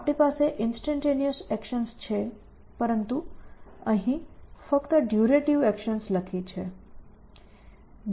આપણી પાસે instantaneous actions છે પરંતુ અહીં ફક્ત ડયુરેટીવ એકશન્સ લખી છે